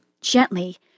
Gently